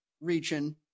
region